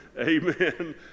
Amen